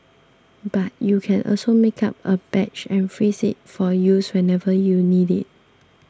but you can also make up a batch and freeze it for use whenever you need it